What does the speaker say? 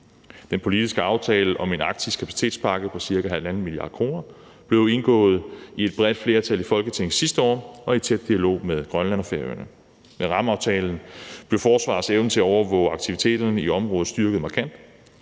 Den politiske aftale om en arktisk kapacitetspakke på cirka 1,5 mia. kr. blev indgået af et bredt flertal i Folketinget sidste år og i tæt dialog med Grønland og Færøerne. Med rammeaftalen blev forsvarets evne til at overvåge aktiviteterne i området styrket markant,